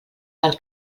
del